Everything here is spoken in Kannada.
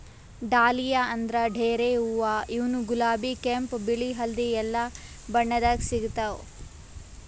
ಡಾಲಿಯಾ ಅಂದ್ರ ಡೇರೆ ಹೂವಾ ಇವ್ನು ಗುಲಾಬಿ ಕೆಂಪ್ ಬಿಳಿ ಹಳ್ದಿ ಎಲ್ಲಾ ಬಣ್ಣದಾಗ್ ಸಿಗ್ತಾವ್